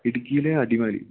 ഇടുക്കിയിലെ അടിമാലി